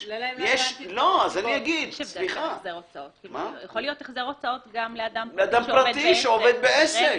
יכול להיות החזר הוצאות גם לאדם פרטי שעובד בעסק.